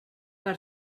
per